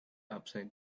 upside